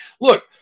look